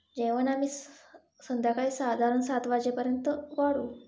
जेवण आम्ही संध्याकाळी साधारण सात वाजेपर्यंत वाढू